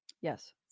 Yes